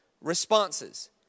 responses